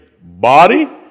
body